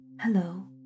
Hello